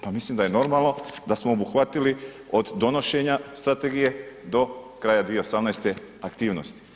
Pa mislim da je normalno da smo obuhvatili od donošenja Strategije do kraja 2018. aktivnosti.